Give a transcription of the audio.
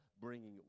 bringing